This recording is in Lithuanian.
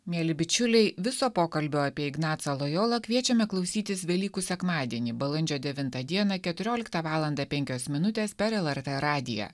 mieli bičiuliai viso pokalbio apie ignacą lojolą kviečiame klausytis velykų sekmadienį balandžio devintą dieną keturioliktą valandą penkios minutės per lrt radiją